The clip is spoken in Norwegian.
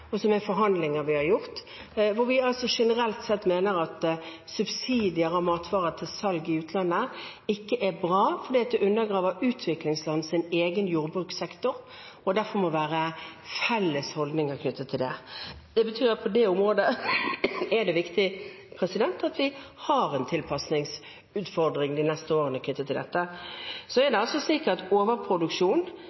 og som er forhandlinger vi har gjort, hvor vi generelt sett mener at subsidier av matvarer til salg i utlandet ikke er bra, for det undergraver utviklingslands egen jordbrukssektor. Derfor må det være felles holdninger knyttet til det. Det betyr at på dette området er det viktig at vi de neste årene har en tilpasningsutfordring knyttet til dette.